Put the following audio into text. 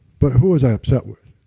but who was i upset with?